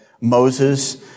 Moses